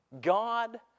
God